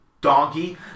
donkey